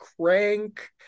crank